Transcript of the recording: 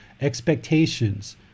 expectations